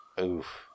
Oof